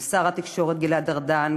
עם שר התקשורת גלעד ארדן,